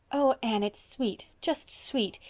oh, anne, it's sweet. just sweet.